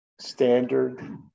standard